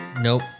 Nope